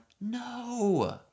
no